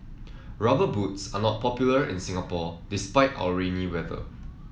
rubber boots are not popular in Singapore despite our rainy weather